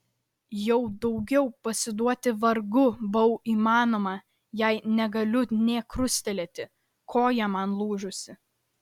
jau daugiau pasiduoti vargu bau įmanoma jei nebegaliu nė krustelėti koja man lūžusi